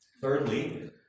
Thirdly